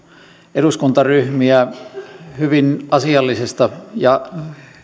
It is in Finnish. eduskuntaryhmiä hyvin asiallisesta ja